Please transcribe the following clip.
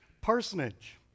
parsonage